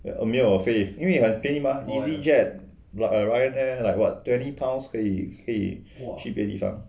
err 没有我飞因为很便宜吗 easy jet like err ryanair like what twenty pounds 可以可以去别的地方